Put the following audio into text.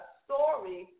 story